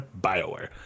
Bioware